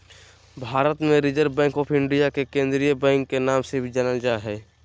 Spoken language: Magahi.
भारत मे रिजर्व बैंक आफ इन्डिया के केंद्रीय बैंक के नाम से जानल जा हय